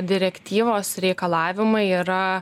direktyvos reikalavimai yra